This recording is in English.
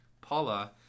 paula